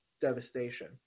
devastation